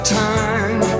time